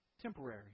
temporary